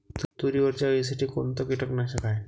तुरीवरच्या अळीसाठी कोनतं कीटकनाशक हाये?